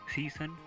Season